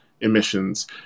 emissions